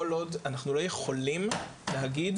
כל עוד אנחנו לא יכולים להגיד,